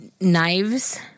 Knives